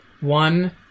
One